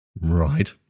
Right